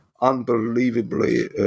unbelievably